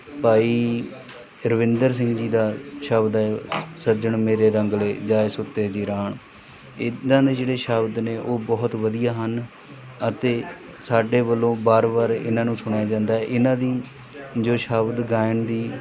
ਭਾਈ ਰਵਿੰਦਰ ਸਿੰਘ ਜੀ ਦਾ ਸ਼ਬਦ ਹੈ ਸੱਜਣ ਮੇਰੇ ਰੰਗਲੇ ਜਾਇ ਸੁਤੇ ਜੀਰਾਣ ਇੱਦਾਂ ਦੇ ਜਿਹੜੇ ਸ਼ਬਦ ਨੇ ਉਹ ਬਹੁਤ ਵਧੀਆ ਹਨ ਅਤੇ ਸਾਡੇ ਵੱਲੋਂ ਵਾਰ ਵਾਰ ਇਹਨਾਂ ਨੂੰ ਸੁਣਿਆ ਜਾਂਦਾ ਏ ਇਹਨਾਂ ਦੀ ਜੋ ਸ਼ਬਦ ਗਾਇਨ ਦੀ